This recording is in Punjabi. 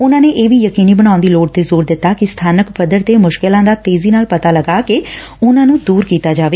ਉਨਾਂ ਨੇ ਇਹ ਯਕੀਨੀ ਬਣਾਉਣ ਦੀ ਲੋੜ ਤੇ ਜ਼ੋਰ ਦਿਤਾ ਕਿ ਸਬਾਨਕ ਪੱਧਰ ਤੇ ਮੁਸਕਿਲਾ ਂਦਾ ਤੇਜ਼ੀ ਨਾਲ ਪਤਾ ਲਾ ਕੇ ਉਨਾਂ ਨੂੰ ਦੁਰ ਕੀਤਾ ਜਾਵੇ